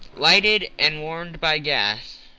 lighted and warmed by gas,